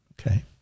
okay